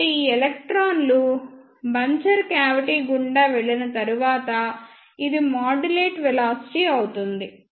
కాబట్టి ఈ ఎలక్ట్రాన్లు బంచర్ క్యావిటీ గుండా వెళ్ళిన తరువాత ఇది మాడ్యులేట్ వెలాసిటీ అవుతుంది